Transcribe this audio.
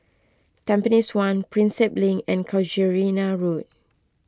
Tampines one Prinsep Link and Casuarina Road